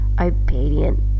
obedient